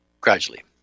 gradually